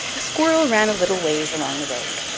a squirrel ran a little ways along the road.